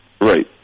right